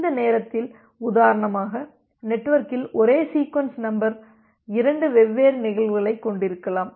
இந்த நேரத்தில் உதாரணமாக நெட்வொர்க்கில் ஒரே சீக்வென்ஸ் நம்பர் இரண்டு வெவ்வேறு நிகழ்வுகளை கொண்டிருக்கலாம்